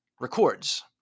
records